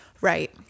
Right